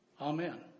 Amen